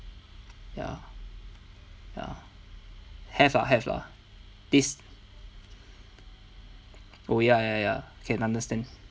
ya ya have lah have lah this oh ya ya ya can understand